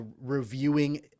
reviewing